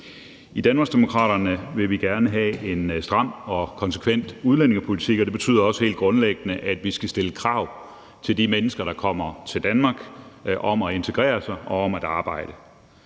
I Danmarksdemokraterne vil vi gerne have en stram og konsekvent udlændingepolitik, og det betyder også helt grundlæggende, at vi skal stille krav til de mennesker, der kommer til Danmark, om at integrere sig og om at arbejde.